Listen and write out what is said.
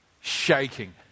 shaking